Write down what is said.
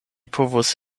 povus